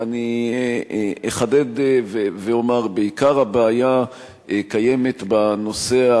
אני אחדד ואומר שבעיקר הבעיה קיימת בנושא,